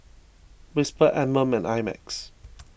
Whisper Anmum and I Max